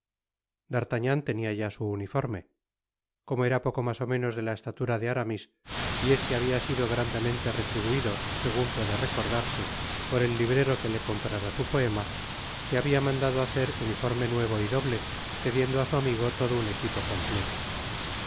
d'artagnan tenia ya su uniforme como era poco mas ó menos de la estatura de aramis y este habia sido grandemente retribuido segun puede recordarse por el librero que le comprára su poema se habia mandado hacer uniforme nuevo y doble cediendo á su amigo todo un equipo completo